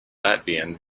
latvian